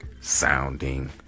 sounding